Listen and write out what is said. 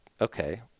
okay